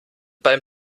beim